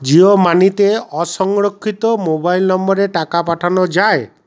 জিও মানিতে অসংরক্ষিত মোবাইল নম্বরে টাকা পাঠানো যায়